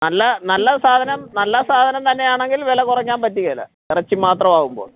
നല്ല നല്ല സാധനം നല്ല സാധനം തന്നെയാണങ്കിൽ വില കുറയ്ക്കാൻ പറ്റുകേല ഇറച്ചി മാത്രം ആവുമ്പോൾ